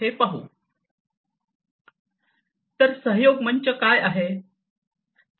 तर सहयोग मंच काय आहे